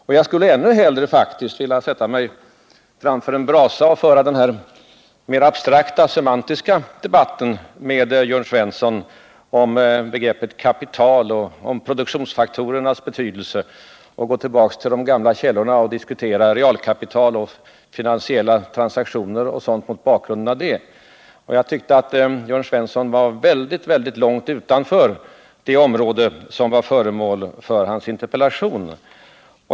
Och jag skulle faktiskt ännu hellre vilja sätta mig framför en brasa och föra en mer abstrakt, semantisk debatt med Jörn Svensson om begreppet kapital och om produktionsfaktorernas betydelse, gå tillbaka till de gamla källorna och diskutera realkapital, finansiella transaktioner och sådant mot bakgrund av det. Jag tyckte att Jörn Svensson i dessa hänseenden sträckte sig väldigt långt utanför det område som är föremål för hans interpellation.